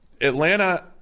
atlanta